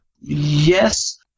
Yes